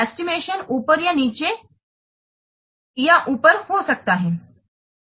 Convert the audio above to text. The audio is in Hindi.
एस्टिमेशन ऊपर या नीचे ऊपर हो सकता है